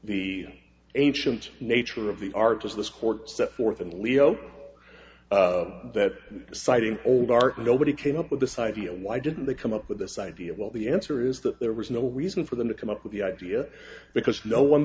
the ancient nature of the art as this court set forth in the leo that citing old art nobody came up with this idea why didn't they come up with this idea well the answer is that there was no reason for them to come up with the idea because no one